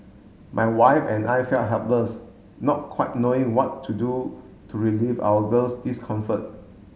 my wife and I felt helpless not quite knowing what to do to relieve our girl's discomfort